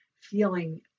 feeling